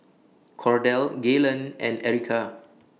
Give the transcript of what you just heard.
Cordell Gaylen and Erica